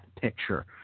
picture